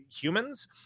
humans